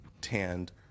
tanned